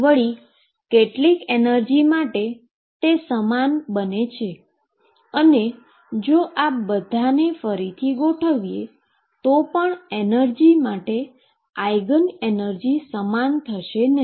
વળી કેટલીક એનર્જી માટે તે સમાન છે અને જો આ બધા ને ફરીથી ગોઠવીએ તો પણ બધી જ એનર્જી માટે આઈગન એનર્જી સમાન થશે નહી